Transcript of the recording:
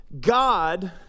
God